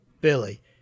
Billy